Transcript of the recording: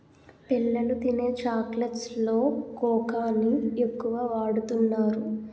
పిల్లలు తినే చాక్లెట్స్ లో కోకాని ఎక్కువ వాడుతున్నారు